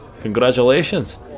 Congratulations